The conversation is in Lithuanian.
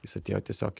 jis atėjo tiesiog